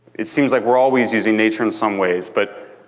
it seems like we're always using nature in some ways, but,